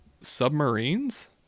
submarines